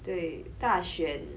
对大选